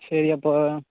சரி அப்போ